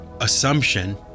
assumption